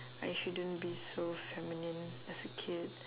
I shouldn't be so feminine as a kid